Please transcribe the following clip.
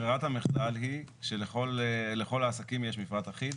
ברירת המחדל היא שלכל העסקים יש מפרט אחיד.